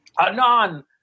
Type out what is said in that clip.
Anon